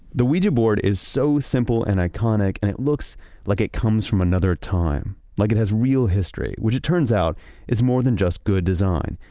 the ouija board is so simple and iconic, and it looks like it comes from another time. like it has real history. which it turns out is more than just good design.